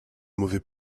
mauvais